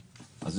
הבית.